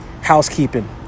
housekeeping